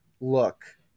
look